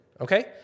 okay